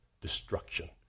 destruction